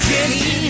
Jenny